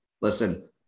listen